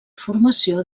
formació